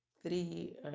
Three